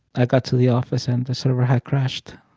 i got to the office, and the server had crashed